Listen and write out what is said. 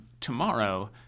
tomorrow